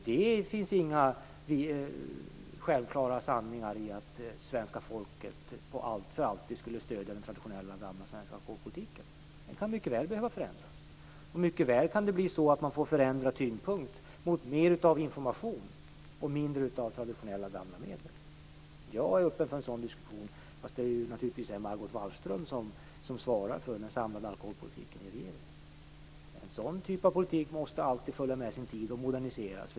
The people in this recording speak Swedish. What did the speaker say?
Det finns inga självklara sanningar i detta med att svenska folket alltid kommer att stödja traditionell svensk alkoholpolitik. Denna kan mycket väl behöva förändras. Det kan mycket väl bli så att man får en förändrad tyngdpunkt, dvs. att det går mot mer av information och mindre av traditionella gamla medel. Jag är öppen för en sådan diskussion. Det är naturligtvis Margot Wallström som i regeringen svarar för den samlade alkoholpolitiken. En sådan typ av politik måste alltid följa med sin tid och moderniseras.